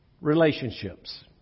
Relationships